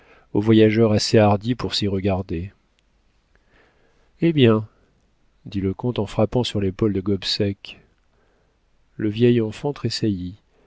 au voyageur assez hardi pour s'y regarder eh bien dit le comte en frappant sur l'épaule de gobseck le vieil enfant tressaillit